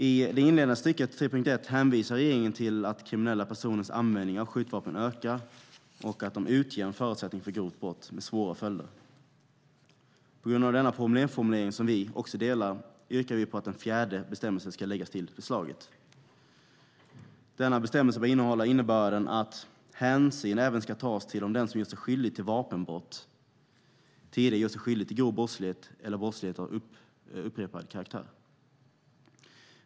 I det inledande stycket under 3.1 hänvisar regeringen till att kriminella personers användning av skjutvapen ökar och att de utgör en förutsättning för grova brott med svåra följder. På grund av denna problemformulering, som vi också delar, yrkar vi att en fjärde bestämmelse ska läggas till förslaget. Denna bestämmelse bör innehålla innebörden att hänsyn även ska tas till om den som gjort sig skyldig till vapenbrott tidigare gjort sig skyldig till grov brottslighet eller upprepad brottslighet av allvarlig karaktär.